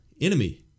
enemy